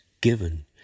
given